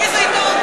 איזה עיתון?